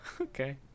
Okay